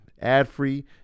ad-free